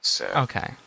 Okay